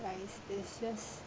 rice it's just